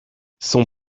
son